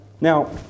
Now